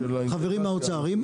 חברים מהאוצר,